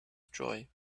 joy